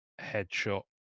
headshot